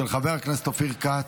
של חבר הכנסת אופיר כץ.